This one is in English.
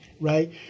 Right